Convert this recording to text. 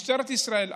משטרת ישראל,